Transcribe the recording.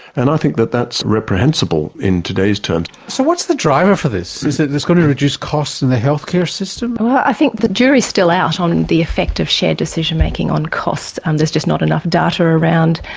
and i think that that's reprehensible in today's terms. so what's the driver for this? is this going to reduce costs in the healthcare system? ah i think the jury is still out on the effect of shared decision making on costs, and there's just not enough data around.